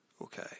Okay